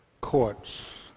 courts